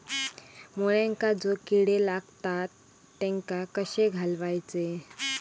मुळ्यांका जो किडे लागतात तेनका कशे घालवचे?